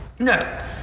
No